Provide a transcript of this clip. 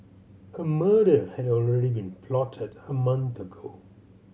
a murder had already been plotted a month ago